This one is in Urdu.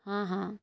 ہاں ہاں